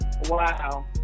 wow